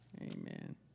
Amen